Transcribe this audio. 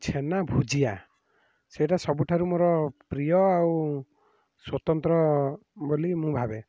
ଛେନା ଭୂଜିଆ ସେଇଟା ସବୁଠାରୁ ମୋର ପ୍ରିୟ ଆଉ ସ୍ଵତନ୍ତ୍ର ବୋଲି ମୁଁ ଭାବେ